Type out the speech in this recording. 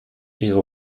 ihre